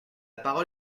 parole